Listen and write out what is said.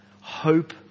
hope